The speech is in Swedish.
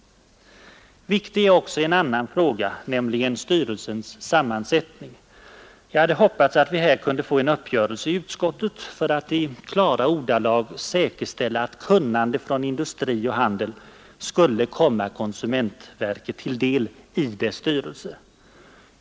Viktig är också en annan fråga, nämligen styrelsens sammansättning. Jag hade hoppats att vi här kunde ha fått en uppgörelse i utskottet för att i klara ordalag säkerställa att kunnande från industri och handel skulle komma konsumentverket till del i dess styrelse.